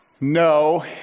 No